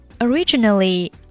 originally